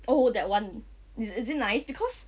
oh that [one] is is it nice because